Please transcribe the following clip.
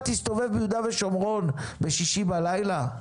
תסתובב ביהודה ושומרון בשישי בלילה?